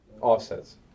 Offsets